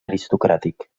aristocràtic